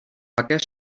aquest